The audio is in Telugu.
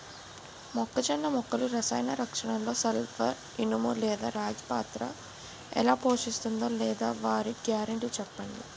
మొక్కజొన్న మొక్కల రసాయన రక్షణలో సల్పర్, ఇనుము లేదా రాగి పాత్ర ఎలా పోషిస్తుందో లేదా వాటి గ్యారంటీ చెప్పండి